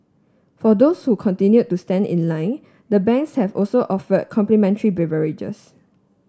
for those who continue to stand in line the banks have also offer complimentary beverages